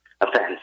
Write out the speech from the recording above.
offense